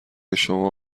شما